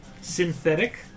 Synthetic